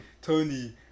Tony